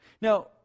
Now